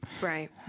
Right